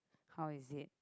how is it